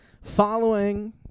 following